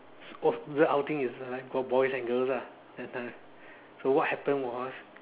oh the outing is like got boys and girls lah that time so what happened was